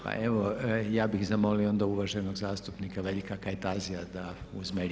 Pa evo, ja bih zamolio onda uvaženog zastupnika Veljka Kajtazija da uzme riječ.